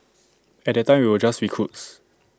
at that time we were just recruits